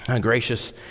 Gracious